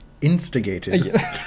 instigated